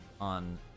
on